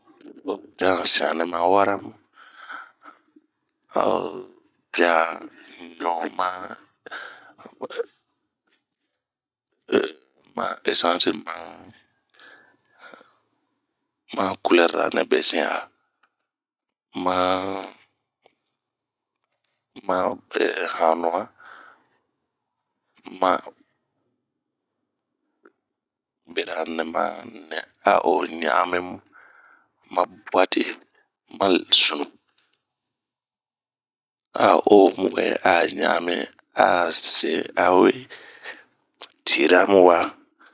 o piria sian nɛma wara mu, a o piria ɲu ma... ehh ma esansi ma han kulɛrira nɛbesin 'a. maa.. ma hanuan ma bera nema nɛ a o ɲaimimu, ma buati ma sunu, a oohmu wɛ a ɲahami ,awe tira mu wa.